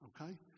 okay